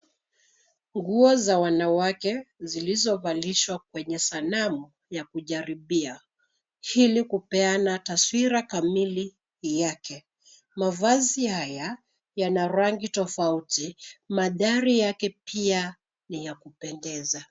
Nguo za wanawake zilizovalishwa kwenye sanamu ya kujaribia ili kupeana taswira kamili yake. Mavazi haya yana rangi tofauti mandhari yake pia ni ya kupendeza.